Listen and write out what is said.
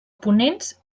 ponents